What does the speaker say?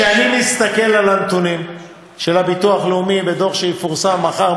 כשאני מסתכל על הנתונים של הביטוח הלאומי והנתונים בדוח שיפורסם מחר,